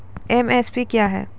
MSP क्या है?